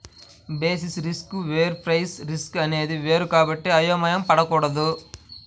basis risk వేరు price risk అనేది వేరు కాబట్టి అయోమయం పడకూడదు